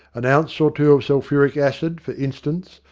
an ounce or two of sulphuric acid, for in stance,